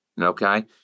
okay